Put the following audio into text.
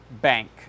bank